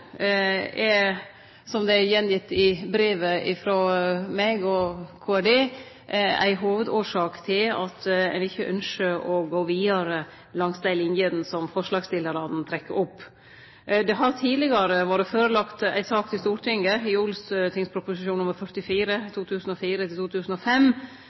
som det er skrive om i brevet frå meg og Kommunal- og regionaldepartementet – ei hovudårsak til at ein ikkje ynskjer å gå vidare langs dei linene forslagsstillarane trekkjer opp. Det har tidlegare vore førelagt ei sak for Stortinget i Ot.prp. nr. 44